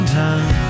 time